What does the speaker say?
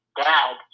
dad